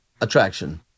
attraction